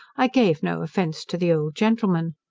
i gave no offence to the old gentleman.